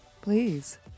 Please